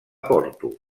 porto